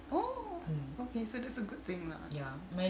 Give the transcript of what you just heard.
oh okay so that's a good thing lah